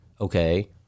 Okay